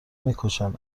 میکشن